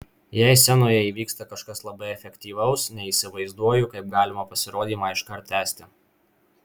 jei scenoje įvyksta kažkas labai efektyvaus neįsivaizduoju kaip galima pasirodymą iškart tęsti